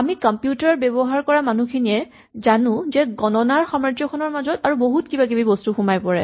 আমি কম্পিউটাৰ ব্যৱহাৰ কৰা মানুহখিনিয়ে জানো যে গণনাৰ সামাজ্যখনৰ মাজত আৰু বহুত কিবা কিবি বস্তু সোমাই পৰে